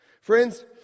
Friends